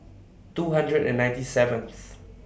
two hundred and ninety seventh